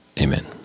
Amen